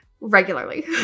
regularly